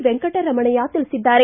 ವೆಂಕಟರಮಣಯ್ನ ತಿಳಿಸಿದ್ದಾರೆ